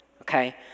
okay